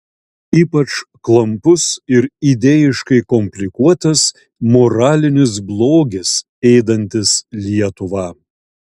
ypač klampus ir idėjiškai komplikuotas moralinis blogis ėdantis lietuvą